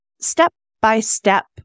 step-by-step